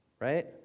right